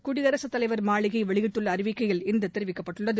குடியரசு தலைவர் மாளிகை வெளியிட்டுள்ள அறிவிக்கையில் இது தெரிவிக்கப்பட்டுள்ளது